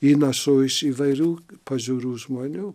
įnašų iš įvairių pažiūrų žmonių